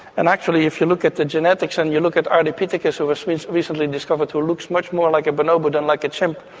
and actually if you look at the genetics and you look at ardipithecus which was recently discovered which looks much more like a bonobo than like a chimp,